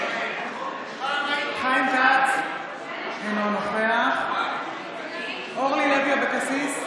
חיים כץ, אינו נוכח אורלי לוי אבקסיס,